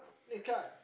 next card